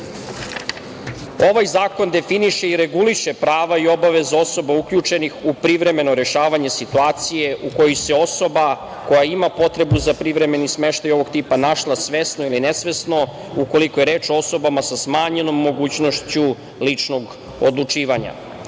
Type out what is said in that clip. zakon definiše i reguliše prava i obaveze osoba uključenih u privremeno rešavanje situacije u kojoj se osoba koja ima potrebu za privremeni smeštaj ovog tipa našla svesno ili nesvesno ukoliko je reč o osobama sa smanjenom mogućnošću ličnog odlučivanja.